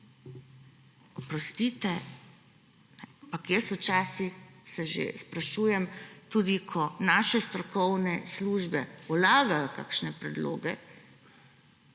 Oprostite, ampak včasih se že sprašujem, tudi ko naše strokovne službe vlagajo kakšne predloge,